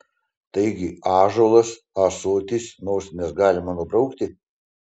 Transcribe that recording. taigi ąžuolas ąsotis nosines galima nubraukti